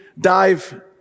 dive